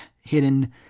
hidden